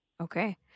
Okay